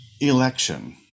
Election